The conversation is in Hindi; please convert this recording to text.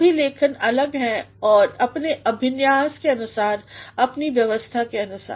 सभी लेखन अलग हैं अपने अभिन्यास के अनुसार अपने व्यवस्था के अनुसार